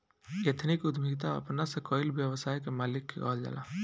ethnic उद्यमिता अपना से कईल व्यवसाय के मालिक के कहल जाला